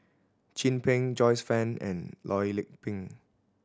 Chin Peng Joyce Fan and Loh Lik Peng